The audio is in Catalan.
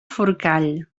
forcall